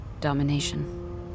Domination